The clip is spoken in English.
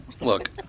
Look